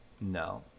No